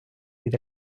від